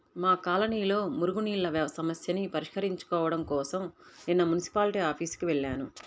మా కాలనీలో మురుగునీళ్ళ సమస్యని పరిష్కరించుకోడం కోసరం నిన్న మున్సిపాల్టీ ఆఫీసుకి వెళ్లాను